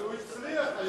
אבל הוא הצליח היום.